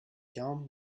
young